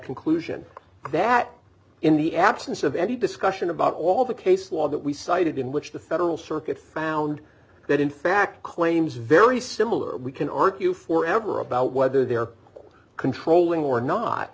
conclusion that in the absence of any discussion about all the case law that we cited in which the federal circuit found that in fact claims very similar we can argue for ever about whether they're controlling or not